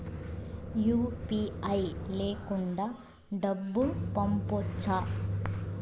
UPI లేకుండా డబ్బు పంపొచ్చా